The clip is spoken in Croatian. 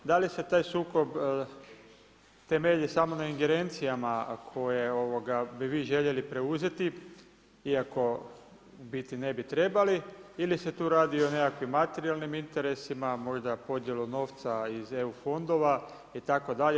Da li se taj sukob temelji samo na ingerencijama koje bi vi željeli preuzeti iako u biti ne bi trebali, ili se tu radi o nekakvim materijalnim interesima, možda podjela novca iz EU fondova itd.